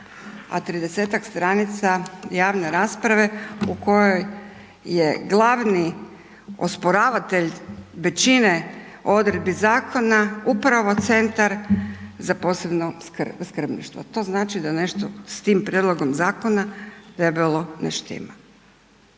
a 30-tak stranica javne rasprave u kojoj je glavni osporavatelj većine odredbi zakona upravo Centar za posebno skrbništvo. To znači da nešto s prijedlogom zakona debelo ne štima.